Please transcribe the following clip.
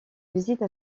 visite